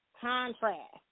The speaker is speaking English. contrast